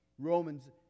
Romans